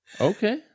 okay